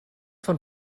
von